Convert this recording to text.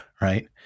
right